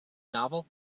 novel